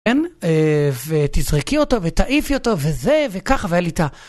כן, ותזרקי אותו, ותעיפי אותו, וזה וכך והליטה.